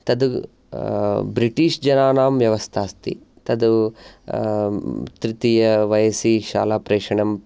तद् ब्रिटिश् जनानां व्यवस्था अस्ति तद् तृतीयवयसि शालाप्रेषणं